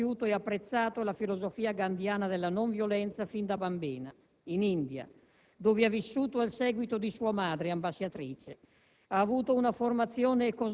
Aung San Suu Kyi ha conosciuto e apprezzato la filosofia gandhiana della non violenza fin da bambina, in India, dove ha vissuto al seguito di sua madre ambasciatrice.